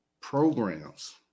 programs